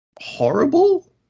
horrible